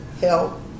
Help